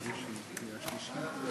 סעיפים 1 2